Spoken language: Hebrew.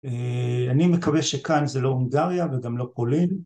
אני מקווה שכאן זה לא הונגריה וגם לא פולין